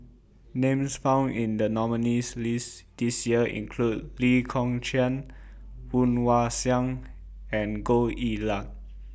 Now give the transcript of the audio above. Names found in The nominees' list This Year include Lee Kong Chian Woon Wah Siang and Goh Yihan